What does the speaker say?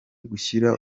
gushyira